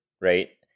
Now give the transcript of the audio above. right